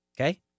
Okay